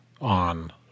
on